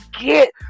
get